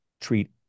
treat